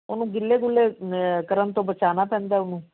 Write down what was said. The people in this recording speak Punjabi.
ਉਹਨੂੰ ਗਿੱਲੇ ਗੁੱਲੇ ਕਰਨ ਤੋਂ ਬਚਾਉਣਾ ਪੈਂਦਾ